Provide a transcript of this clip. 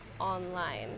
Online